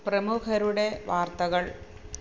പ്രമുഖരുടെ വാർത്തകൾ